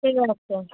ঠিক আছে